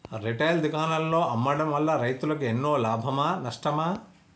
Retail దుకాణాల్లో అమ్మడం వల్ల రైతులకు ఎన్నో లాభమా నష్టమా?